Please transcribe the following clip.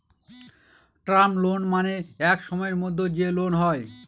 term loan মানে এক সময়ের মধ্যে যে লোন হয়